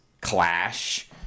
clash